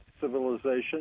civilization